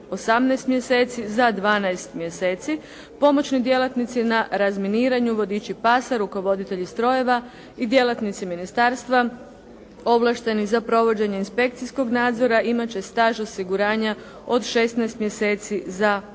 18 mjeseci za 12 mjeseci, pomoćni djelatnici na razminiranju, vodiči pasa, rukovoditelji strojeva i djelatnici ministarstva ovlašteni za provođenje inspekcijskog nadzora imat će staž osiguranja od 16 mjeseci za 12